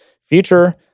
future